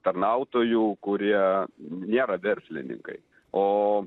tarnautojų kurie nėra verslininkai o